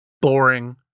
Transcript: boring